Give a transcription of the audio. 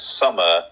summer